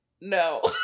No